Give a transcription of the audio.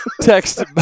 Text